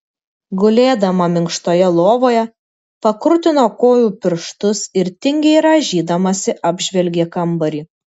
gulėdama minkštoje lovoje pakrutino kojų pirštus ir tingiai rąžydamasi apžvelgė kambarį